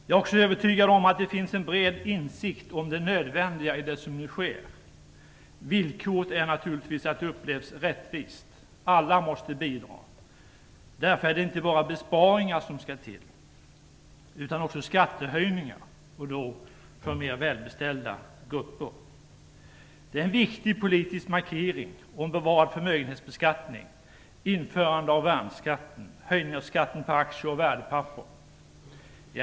Jag är också övertygad om att det finns en bred insikt om det nödvändiga i det som nu sker. Villkoret är naturligtvis att det upplevs som rättvist. Alla måste bidra. Därför är det inte bara besparingar som skall till utan också skattehöjningar för mer välbeställda grupper. Den bevarade förmögenhetsbeskattningen, införandet av värnskatten och höjningen av skatten på aktier och värdepapper är en viktig politisk markering.